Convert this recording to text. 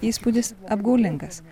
įspūdis apgaulingas